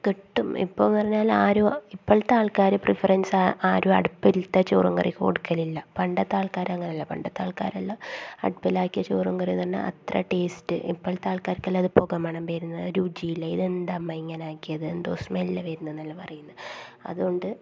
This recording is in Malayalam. കിട്ടും ഇപ്പംന്ന് പറഞ്ഞാൽ ആരും ഇപ്പോഴത്തെ ആൾക്കാർ പ്രിഫറൻസ് ആ ആരു അടുപ്പിലത്തെ ചോറും കറിയും കൊടുക്കലില്ല പണ്ടത്തെ ആൾക്കാർ അങ്ങനല്ല പണ്ടത്തെ ആൾക്കാരെല്ലാം അടുപ്പിലാക്കിയ ചോറും കറിയും തന്നെ അത്ര ടേസ്റ്റ് ഇപ്പോഴത്തെ ആൾക്കാർക്കെല്ലാം അത് പുകമണം ബെരുന്ന് രുചിയില്ല ഇത് എന്താ അമ്മ ഇങ്ങനാക്കിയത് എന്തോ സ്മെല്ല് വരുന്നെന്നല്ലെ പറയുന്നെ അത്കൊണ്ട്